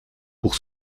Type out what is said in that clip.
pour